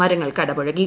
മരങ്ങൾ കടപുഴകി